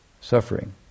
suffering